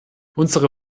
unsere